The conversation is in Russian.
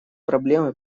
проблемы